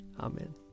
Amen